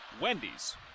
Wendy's